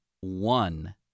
one